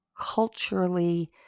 culturally